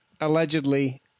allegedly